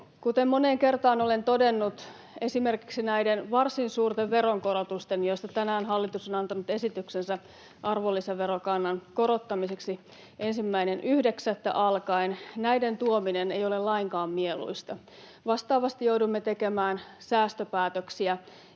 Kuten moneen kertaan olen todennut, esimerkiksi näiden varsin suurten veronkorotusten tuominen, joista tänään hallitus on antanut esityksensä arvonlisäverokannan korottamiseksi 1.9. alkaen, ei ole lainkaan mieluista. Vastaavasti joudumme tekemään säästöpäätöksiä,